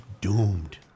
doomed